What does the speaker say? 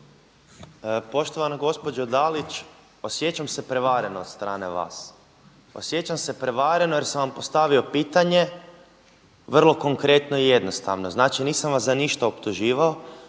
Poštovana gospođo Dalić, osjećam se prevareno od strane vas. Osjećam se prevareno jer sam vam postavio pitanje vrlo konkretno i jednostavno. Znači nisam vas za ništa optuživao